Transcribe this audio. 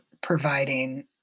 providing